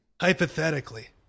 hypothetically